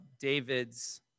David's